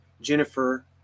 Jennifer